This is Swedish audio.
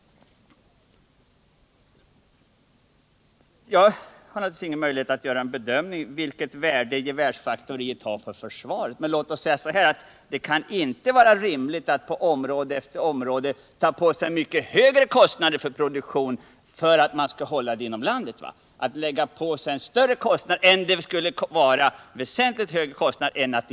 Jag har naturligtvis ingen möjlighet att göra någon bedömning av vilket värde gevärsfaktoriet har för försvaret. Det kan emellertid inte vara rimligt att på område efter område ta på sig myck2t högre kostnader för produkterna för att kunna hålla tillverkningen inom landet.